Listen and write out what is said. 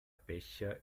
becher